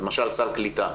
למשל סל קליטה.